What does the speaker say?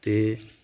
ਤੇ